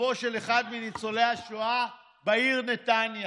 מצבו של אחד מניצולי השואה בעיר נתניה.